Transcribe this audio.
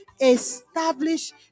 establish